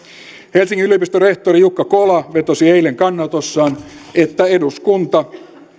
helsingin yliopiston rehtori jukka kola vetosi eilen kannanotossaan että eduskunta